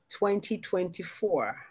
2024